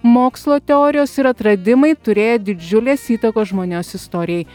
mokslo teorijos ir atradimai turėję didžiulės įtakos žmonijos istorijai